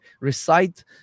recite